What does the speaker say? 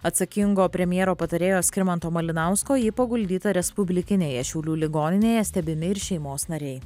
atsakingo premjero patarėjo skirmanto malinausko ji paguldyta respublikinėje šiaulių ligoninėje stebimi ir šeimos nariai